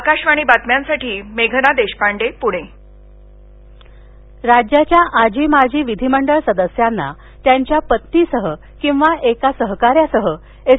आकाशवाणी बातम्यांसाठी मेघना देशपांडे पुणे मोफत प्रवास राज्याच्या आजी माजी विधिमंडळ सदस्यांना त्यांच्या पत्नीसह किंवा एका सहकाऱ्यासह एस